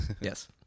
yes